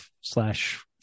slash